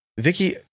Vicky